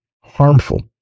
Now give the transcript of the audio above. harmful